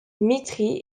dmitri